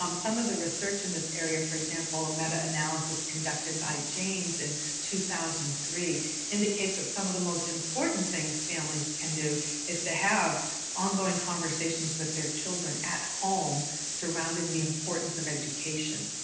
um some of the research in this area, for example, of meta-analysis conducted by jaynes in two thousand and three indicates that some of the most important things families can do is to have ongoing conversations with their children at home surrounding the importance of education.